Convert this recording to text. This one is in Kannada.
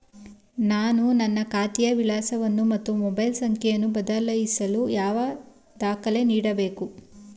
ನಾನು ನನ್ನ ಖಾತೆಯ ವಿಳಾಸವನ್ನು ಮತ್ತು ಮೊಬೈಲ್ ಸಂಖ್ಯೆಯನ್ನು ಬದಲಾಯಿಸಲು ಯಾವ ದಾಖಲೆ ನೀಡಬೇಕು?